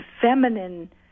feminine